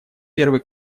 первый